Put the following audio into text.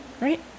Right